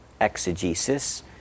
exegesis